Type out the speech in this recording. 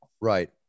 Right